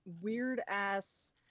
weird-ass